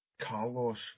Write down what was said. carlos